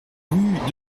rue